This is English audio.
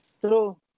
True